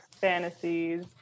fantasies